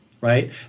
right